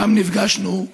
שם נפגשנו,